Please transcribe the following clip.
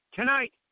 tonight